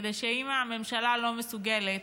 כדי שאם הממשלה לא מסוגלת,